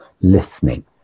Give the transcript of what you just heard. listening